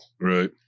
Right